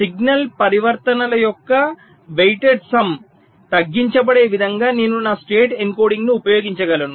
signal పరివర్తనల యొక్క weighted sum తగ్గించబడే విధంగా నేను నా స్టేట్ ఎన్కోడింగ్ను ఉపయోగించగలను